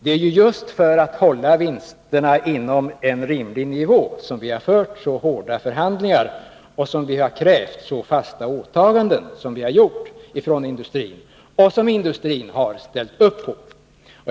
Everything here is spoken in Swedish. Det är just för att hålla vinsterna på en rimlig nivå som vi har fört så hårda förhandlingar, och det är därför som vi har krävt så fastå åtaganden från industrin — och som industrin har ställt upp på.